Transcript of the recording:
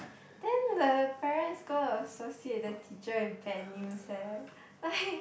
then the parents go associate the teacher with bad news eh like